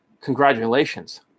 congratulations